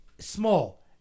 Small